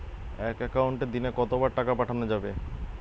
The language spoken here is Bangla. এক একাউন্টে দিনে কতবার টাকা পাঠানো যাবে?